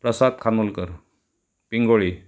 Prasad Khanolkar Pingoli